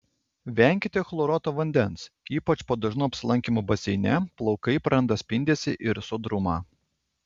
venkite chloruoto vandens ypač po dažnų apsilankymų baseine plaukai praranda spindesį ir sodrumą